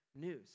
news